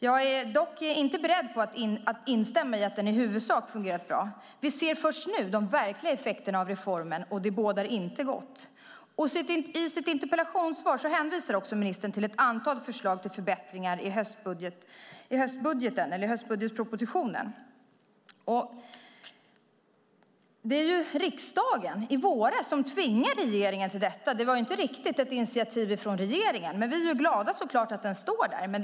Jag är dock inte beredd att instämma i att den i huvudsak fungerat bra. Först nu ser vi de verkliga effekterna av reformen, och det bådar inte gott. I sitt interpellationssvar hänvisar ministern till ett antal förslag till förbättringar i höstbudgetpropositionen. Det var riksdagen som i våras tvingade regeringen till det. Det var inte riktigt ett initiativ från regeringen, men vi är så klart glada för att de finns med.